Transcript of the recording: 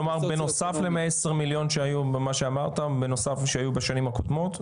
כלומר, בנוסף ל-120 מיליון שהיו בשנים הקודמות?